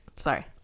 Sorry